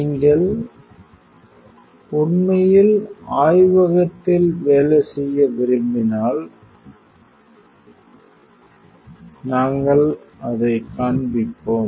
நீங்கள் உண்மையில் ஆய்வகத்தில் வேலை செய்ய விரும்பினால் நாங்கள் அதைக் காண்பிப்போம்